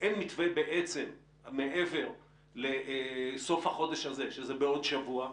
אין מתווה מעבר לסוף החודש הזה שזה בעוד שבוע.